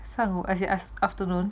上午 as in afternoon